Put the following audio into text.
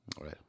right